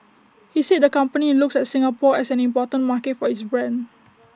he said the company looks at Singapore as an important market for its brand